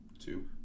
two